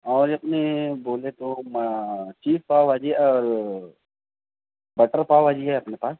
اور اِس میں بولے تو چیز پاؤ بھاجی اور بٹر پاؤ بھاجی ہے اپنے کے پاس